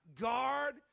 Guard